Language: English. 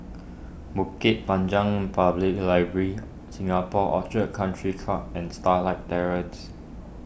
Bukit Panjang Public Library Singapore Orchid Country Club and Starlight Terrace